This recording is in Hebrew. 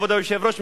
כבוד היושב-ראש,